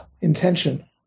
intention